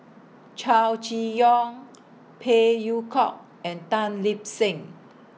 Chow Chee Yong Phey Yew Kok and Tan Lip Seng